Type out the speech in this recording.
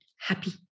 happy